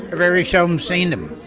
very seldom seen them,